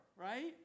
right